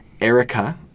erica